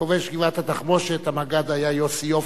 המג"ד כובש גבעת-התחמושת היה יוסי יפה,